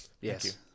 Yes